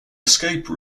escape